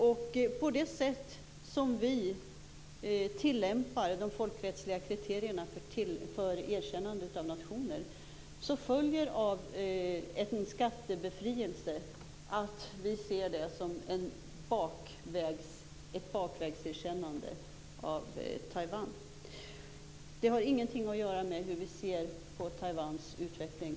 Enligt vårt sätt att tillämpa de folkrättsliga kriterierna för erkännande av nationer ser vi skattebefrielse som ett bakvägserkännande av Taiwan. Det har ingenting att göra med hur vi ser på Taiwans utveckling.